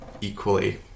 equally